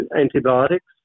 antibiotics